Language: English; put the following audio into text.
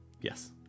Yes